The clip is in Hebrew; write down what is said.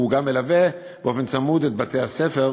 הוא גם מלווה באופן צמוד את בתי-הספר,